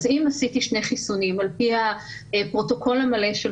אז אם עשיתי שני חיסונים על פי הפרוטוקול של המלא של